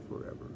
forever